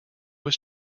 was